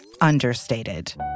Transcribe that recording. understated